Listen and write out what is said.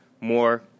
more